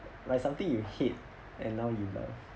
like something you hate and now you love